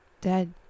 Dead